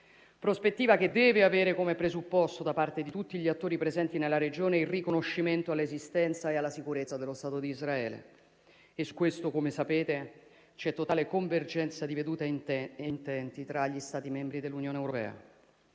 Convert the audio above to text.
prospettiva che deve avere come presupposto, da parte di tutti gli attori presenti nella Regione, il riconoscimento all'esistenza e alla sicurezza dello Stato di Israele. Su questo, come sapete, c'è totale convergenza di vedute e intenti tra gli Stati membri dell'Unione europea.